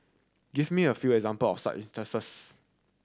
give me a few example of such instances